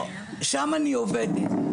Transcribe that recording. שם אני עובדת.